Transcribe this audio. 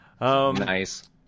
Nice